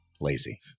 Lazy